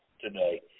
today